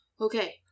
Okay